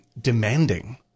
demanding